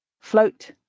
Float